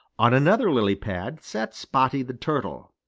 on another lily-pad sat spotty the turtle.